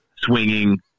swinging